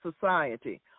society